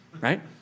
Right